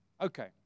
okay